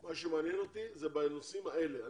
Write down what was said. מה שמעניין אותי, אלה הנושאים האלה.